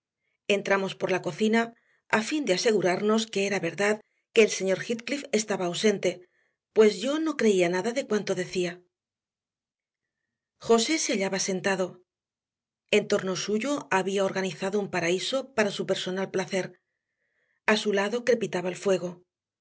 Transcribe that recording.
entramos por la cocina a fin de asegurarnos que era verdad que el señor heathcliff estaba ausente pues yo no creía nada de cuanto decía josé se hallaba sentado en torno suyo había organizado un paraíso para su personal placer a su lado crepitaba el fuego